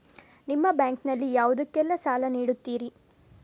ನಿಮ್ಮ ಬ್ಯಾಂಕ್ ನಲ್ಲಿ ಯಾವುದೇಲ್ಲಕ್ಕೆ ಸಾಲ ನೀಡುತ್ತಿರಿ?